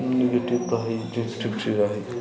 negative रहै